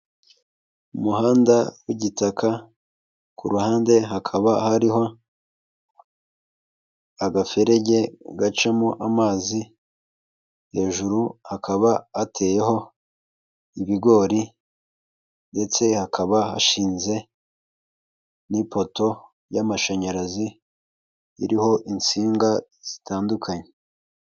Umuhanda w'igitaka, ku ruhande hakaba hariho agaferege gacamo amazi, hejuru hakaba hateyeho ibigori ndetse hakaba hashinze n'ipoto y'amashanyarazi iriho insinga zitandukanye.